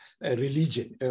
religion